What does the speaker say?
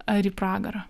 ar į pragarą